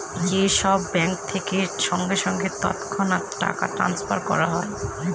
যে সব ব্যাঙ্ক থেকে সঙ্গে সঙ্গে তৎক্ষণাৎ টাকা ট্রাস্নফার করা হয়